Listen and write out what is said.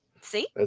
See